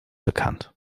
bekannt